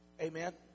Amen